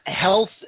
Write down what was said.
health